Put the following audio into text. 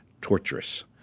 torturous